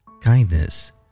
kindness